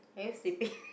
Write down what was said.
are you sleeping